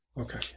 Okay